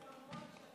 חברת הכנסת מלינובסקי.